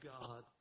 God